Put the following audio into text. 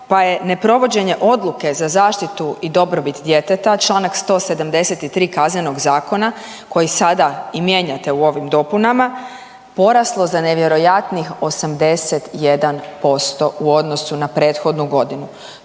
pa je neprovođenje odluke za zaštitu i dobrobit djeteta, čl. 173 Kaznenog zakona, koji sada i mijenjate u ovim dopunama, poraslo za nevjerojatnih 81% u odnosu na prethodnu godinu.